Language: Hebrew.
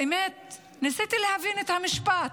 האמת היא שניסיתי להבין את המשפט,